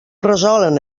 resolen